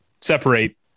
separate